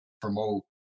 promote